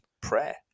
prayer